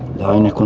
the only